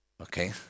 Okay